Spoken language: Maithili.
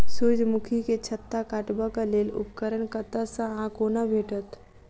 सूर्यमुखी केँ छत्ता काटबाक लेल उपकरण कतह सऽ आ कोना भेटत?